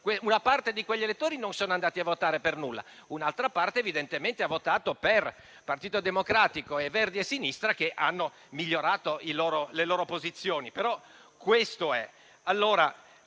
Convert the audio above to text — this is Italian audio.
una parte di quegli elettori non sono andati a votare per nulla, un'altra parte evidentemente ha votato per Partito Democratico e Alleanza Verdi e Sinistra, che hanno migliorato le loro posizioni.